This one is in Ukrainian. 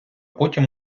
потім